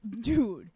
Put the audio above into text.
dude